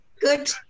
Good